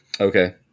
Okay